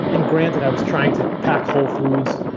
and granted, i was trying to pack whole foods.